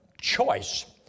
choice